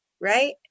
right